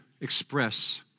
express